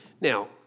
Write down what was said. Now